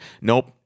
Nope